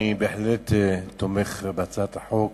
אני בהחלט תומך בהצעת החוק